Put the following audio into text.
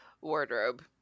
Wardrobe